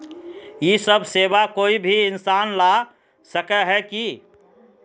इ सब सेवा कोई भी इंसान ला सके है की?